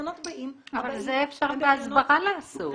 אבל זה אפשר בהסברה לעשות.